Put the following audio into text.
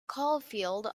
caulfield